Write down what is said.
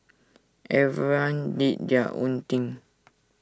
everyone did their own thing